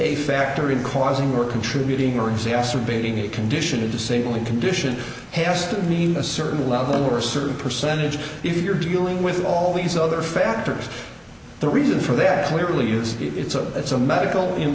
a factor in causing or contributing or exacerbating a condition disabling condition has to mean a certain level or certain percentage if you're dealing with all these other factors the reason for that clearly is it's a it's a medical